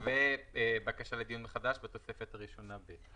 א', ובקשה לדיון מחדש בתוספת ראשונה ב'.